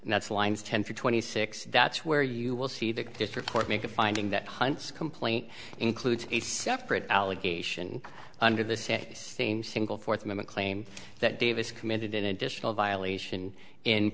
and that's lines ten for twenty six that's where you will see that this report make a finding that hunts complaint includes a separate allegation under the say same single fourth moment claim that davis committed an additional violation in